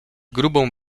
grubą